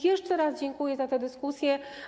Jeszcze raz dziękuję za tę dyskusję.